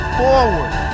forward